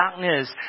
darkness